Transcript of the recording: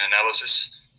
analysis